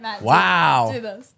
Wow